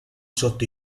sotto